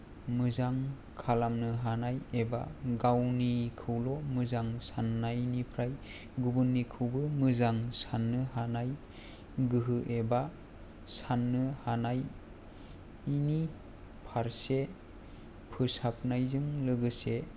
मोजां खालामनो हानाय एबा गावनिखौल' मोजां साननायनिफ्राय गुबुननिखौबो मोजां साननो हानाय गोहो एबा साननो हानायनि फारसे फोसाबनायजों लोगोसे